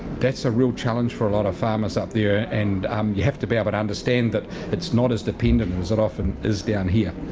that's a real challenge for a lot of farmers up there and um you have to be able to understand that it's not as dependent as it often is down here.